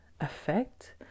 effect